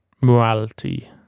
morality